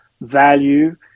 value